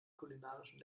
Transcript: kulinarischen